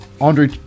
Andre